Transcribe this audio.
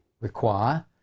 require